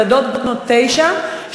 ילדות בנות תשע,